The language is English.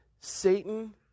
Satan